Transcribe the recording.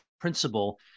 principle